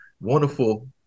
wonderful